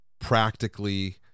practically